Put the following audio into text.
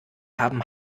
haben